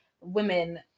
women